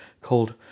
called